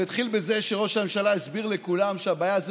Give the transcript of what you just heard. זה התחיל בזה שראש הממשלה הסביר לכולם שהבעיה זה